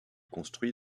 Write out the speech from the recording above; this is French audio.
construits